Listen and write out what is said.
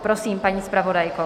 Prosím, paní zpravodajko.